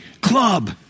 club